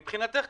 מבחינתך,